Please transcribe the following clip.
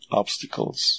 obstacles